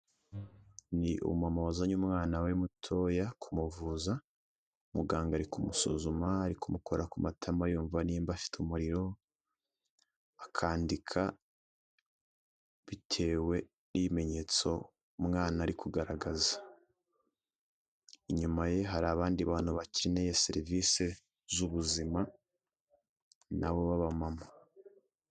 Ni umumama wazanye umwana we mutoya kumuvuza, muganga ari kumusuzuma, ari kumukora ku matama yumva nimba afite umuriro, akandika bitewe n'ibimenyetso umwana ari kigaragaza, inyuma ye hari abandi bantu bakeneye serivisi z'ubuzima nabo b'abamama.